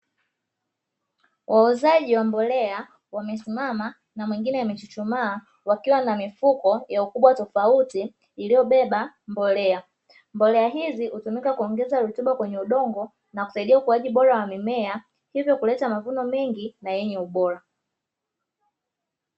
Wauzaji wa mbolea wamesimama na mwingine amechuchumaa wakiwa na mifuko ya ukubwa tofauti iliyobeba mbolea, mbolea hizi hutumika kuongeza rutuba kwenye udongo na kusaidia ukuwaji bora wa mimea hivyo kuleta mavuno mengi na yenye ubora.